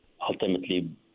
ultimately